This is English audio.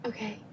Okay